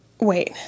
wait